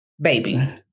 baby